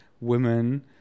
women